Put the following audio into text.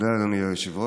תודה, אדוני היושב-ראש.